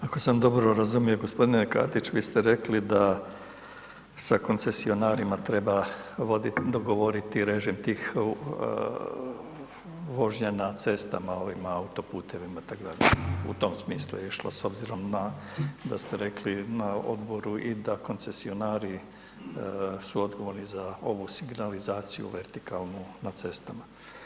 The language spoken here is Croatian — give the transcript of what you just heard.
Ako sam dobro razumio g. Katić vi ste rekli da sa koncesionarima treba dogovoriti režim tih vožnje na cestama ovim autoputovima itd., u tom smislu je išlo s obzirom na, da ste rekli na odboru i da koncesionari su odgovorni za ovu signalizaciju vertikalnu na cestama.